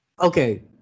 Okay